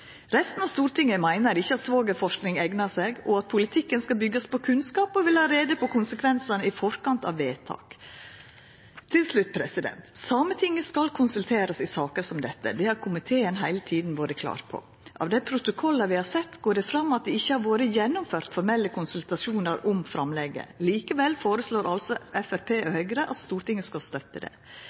Resten av Stortinget meiner ikkje at svogerforsking eignar seg, og at politikken skal byggjast på kunnskap, og vil ha greie på konsekvensane i forkant av vedtak. Til slutt: Sametinget skal konsulterast i saker som desse – det har komiteen heile tida vore klar på. Av dei protokollane vi har sett, går det fram at det ikkje har vore gjennomført formelle konsultasjonar om framlegget. Likevel føreslår altså Framstegspartiet og Høgre at Stortinget skal støtta det.